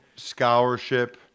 scholarship